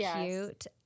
cute